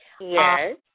Yes